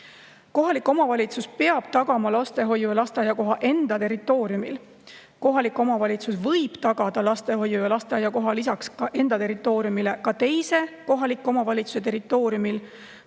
Kohalik omavalitsus peab tagama lastehoiu‑ ja lasteaiakoha enda territooriumil. Kohalik omavalitsus võib tagada lastehoiu‑ ja lasteaiakoha lisaks enda territooriumile ka teise kohaliku omavalitsuse territooriumil,